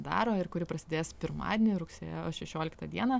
daro ir kuri prasidės pirmadienį rugsėjo šešioliktą dieną